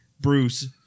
Bruce